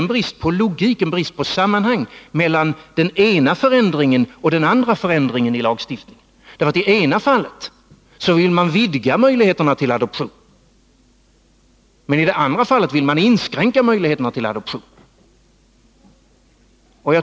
Det brister också i fråga om logik och sammanhang mellan den ena förändringen och den andra i lagstiftningen. I ena fallet vill man vidga möjligheterna till adoption, men i det andra vill man inskränka möjligheterna.